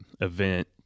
event